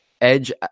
Edge